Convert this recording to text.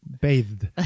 bathed